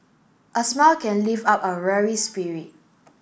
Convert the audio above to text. a smile can lift up a weary spirit